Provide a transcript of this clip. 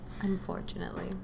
Unfortunately